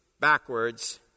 backwards